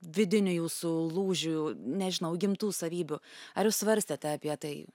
vidinių jūsų lūžių nežinau įgimtų savybių ar jūs svarstėte apie tai